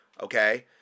Okay